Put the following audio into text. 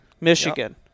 Michigan